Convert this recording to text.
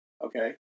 Okay